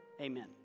Amen